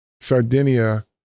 Sardinia